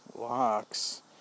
locks